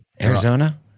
arizona